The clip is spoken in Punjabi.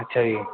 ਅੱਛਾ ਜੀ